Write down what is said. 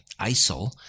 ISIL